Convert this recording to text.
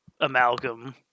amalgam